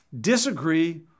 disagree